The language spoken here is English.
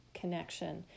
connection